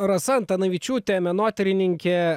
rasa antanavičiūtė menotyrininkė